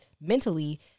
mentally